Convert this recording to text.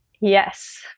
yes